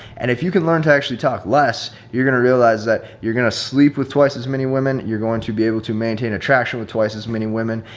and if you can learn to actually talk less, you're going to realize that you're going to sleep with twice as many women. you're going to be able to maintain attraction with twice as many women.